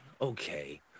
Okay